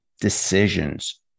decisions